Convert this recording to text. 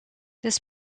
this